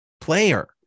player